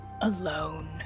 Alone